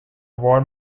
war